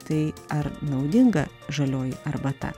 tai ar naudinga žalioji arbata